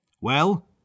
Well